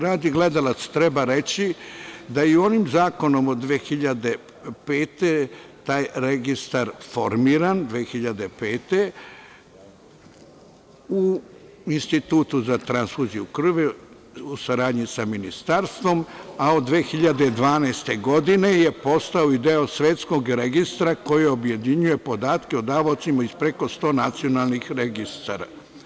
Radi gledalaca treba reći da i ovim zakonom od 2005. godine taj Registar je formiran 2005. godine u Institutu za transfuziju krvi, u saradnji sa Ministarstvom, a od 2012. godine je postao i deo svetskog registra koji objedinjuje podatke o davaocima iz preko 100 nacionalnih registara.